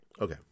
Okay